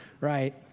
right